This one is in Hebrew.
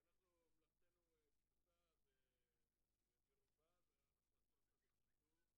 מלאכתנו פשוטה ומרובה ונעשה אותה בקיצור.